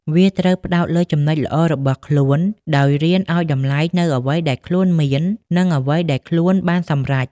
វាត្រូវផ្តោតលើចំណុចល្អរបស់ខ្លួន ដោយរៀនឲ្យតម្លៃនូវអ្វីដែលខ្លួនមាន និងអ្វីដែលខ្លួនបានសម្រេច។